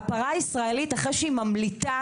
הפרה הישראלית אחרי שהיא ממליטה,